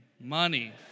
money